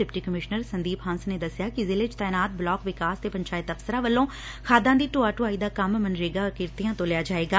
deputy commissioner Sandeep Hans ਨੇ ਦਸਿਆ ਕਿ ਜ਼ਿਲ੍ਹੇ ਚ ਤਾਇਨਾਤ ਬਲਾਕ ਵਿਕਾਸ ਤੇ ਪੰਚਾਇਤ ਅਫ਼ਸਰਾਂ ਵੱਲੋਂ ਖਾਦਾਂ ਦੀ ਢੋਆ ਢੋਆਈ ਦਾ ਕੰਮ ਮਨਰੇਗਾ ਕਿਰਤੀਆਂ ਤੋਂ ਲਿਆ ਜਾਏਗਾ